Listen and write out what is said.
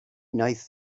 wnaeth